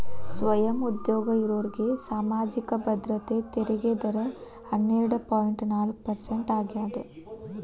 ಸ್ವಯಂ ಉದ್ಯೋಗ ಇರೋರ್ಗಿ ಸಾಮಾಜಿಕ ಭದ್ರತೆ ತೆರಿಗೆ ದರ ಹನ್ನೆರಡ್ ಪಾಯಿಂಟ್ ನಾಲ್ಕ್ ಪರ್ಸೆಂಟ್ ಆಗ್ಯಾದ